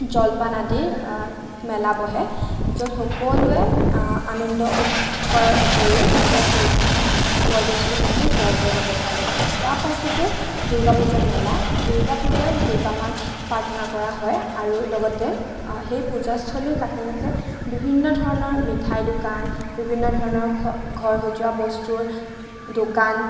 জলপান আদিৰ মেলা বহে য'ত সকলোৱে আনন্দ উছাহ কৰাৰ উপৰিও নিজৰ প্ৰয়োজনীয় বয় বস্তুসমূহ ক্ৰয় কৰি ল'ব পাৰে তাৰ পাছতে দুৰ্গা পূজাৰ মেলা দুৰ্গা পূজাত দুৰ্গা মাক প্ৰাৰ্থনা কৰা হয় আৰু লগতে সেই পূজাস্থলীৰ কাষে কাষে বিভিন্ন ধৰণৰ মিঠাই দোকান বিভিন্ন ধৰণৰ ঘ ঘৰ সজোৱা বস্তুৰ দোকান